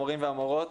המורים והמורות,